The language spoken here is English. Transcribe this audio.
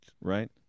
Right